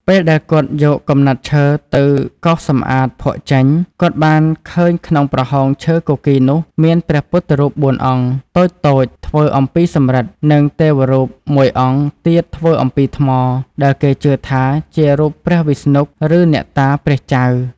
ពេលដែលគាត់យកកំណាត់ឈើទៅកោសសំអាតភក់ចេញ គាត់បានឃើញក្នុងប្រហោងឈើគគីរនោះមាន ព្រះពុទ្ធរូប ៤ អង្គ តូចៗធ្វើអំពីសំរឹទ្ធិ និង ទេវរូបមួយអង្គ ទៀតធ្វើអំពីថ្ម ដែលគេជឿថាជារូបព្រះវិស្ណុ ឬអ្នកតាព្រះចៅ។